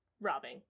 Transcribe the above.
robbing